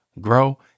grow